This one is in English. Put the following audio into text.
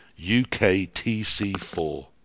UKTC4